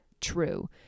true